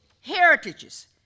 heritages